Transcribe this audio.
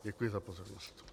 Děkuji za pozornost.